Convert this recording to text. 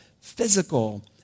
physical